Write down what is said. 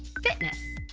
fitness.